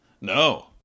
No